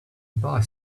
bar